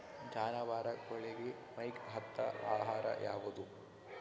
ಜಾನವಾರಗೊಳಿಗಿ ಮೈಗ್ ಹತ್ತ ಆಹಾರ ಯಾವುದು?